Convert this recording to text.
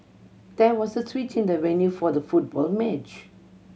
there was a switch in the venue for the football match